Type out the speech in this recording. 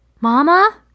Mama